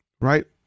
right